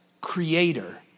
creator